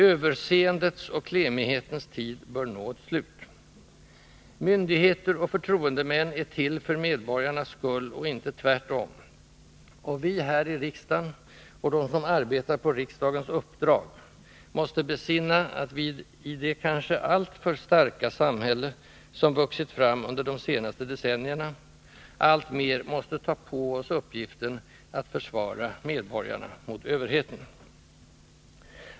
Överseendets och klemighetens tid bör nå ett slut. Myndigheter och förtroendemän är till för medborgarnas skull och inte tvärtom, och vi här i riksdagen och de som arbetar på riksdagens uppdrag måste besinna att vi i det kanske alltför ”starka samhälle” som vuxit fram under de senaste decennierna alltmera måste ta på oss uppgiften att försvara medborgarna mot överheten.